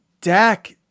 Dak